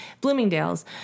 Bloomingdale's